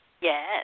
Yes